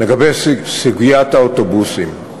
לגבי סוגיית האוטובוסים,